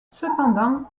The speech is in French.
cependant